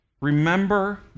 remember